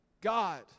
God